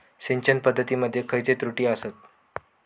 सिंचन पद्धती मध्ये खयचे त्रुटी आसत?